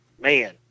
Man